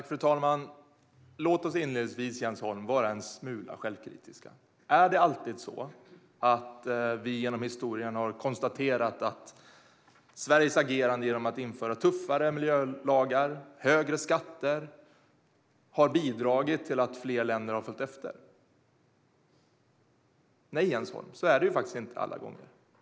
Fru talman! Låt oss inledningsvis, Jens Holm, vara en smula självkritiska. Är det alltid så att vi genom historien har konstaterat att Sveriges agerande genom att införa tuffare miljölagar och högre skatter har bidragit till att fler länder har följt efter? Nej, Jens Holm, så har det faktiskt inte varit alla gånger.